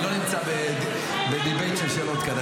אני לא נמצא בדיבייט של שאלות כאן.